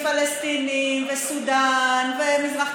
פלסטינים וסודאן ומזרח,